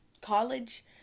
college